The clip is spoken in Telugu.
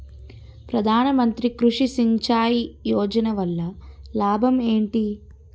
ప్రధాన మంత్రి కృషి సించాయి యోజన వల్ల లాభం ఏంటి?